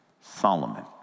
Solomon